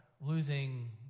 losing